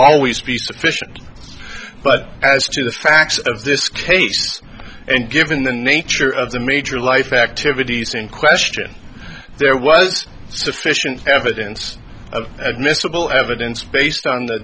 always be sufficient but as to the facts of this case and given the nature of the major life activities in question there was sufficient evidence of admissible evidence based on the